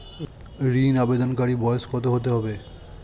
ঋন আবেদনকারী বয়স কত হতে হবে?